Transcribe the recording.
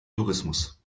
tourismus